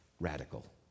Radical